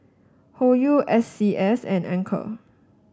Hoyu S C S and Anchor